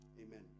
Amen